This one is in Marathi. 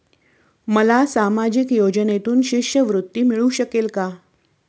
मला सामाजिक योजनेतून शिष्यवृत्ती मिळू शकेल का?